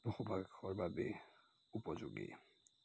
বসবাসৰ বাবে উপযোগী